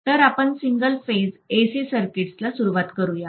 तर आपण single phase AC सर्किट्सला सुरुवात करू या